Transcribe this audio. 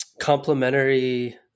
complementary